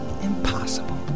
Impossible